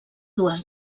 dues